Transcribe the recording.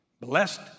Blessed